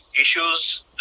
issues